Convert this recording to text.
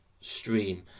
stream